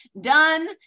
done